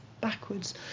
backwards